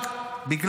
חקירה ממלכתית?